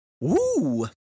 Woo